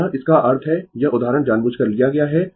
तो यह इसका अर्थ है यह उदाहरण जानबूझकर लिया गया है